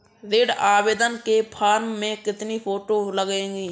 ऋण आवेदन के फॉर्म में कितनी फोटो लगेंगी?